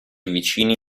vicini